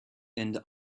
and